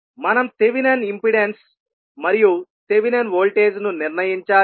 మనం Thevenin impedance మరియు Thevenin voltage ను నిర్ణయించాలి